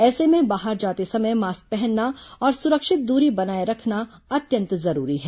ऐसे में बाहर जाते समय मास्क पहनना और सुरक्षित दूरी बनाए रखना अत्यंत जरूरी है